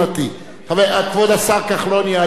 כבוד השר כחלון יעלה ויבוא,